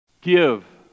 Give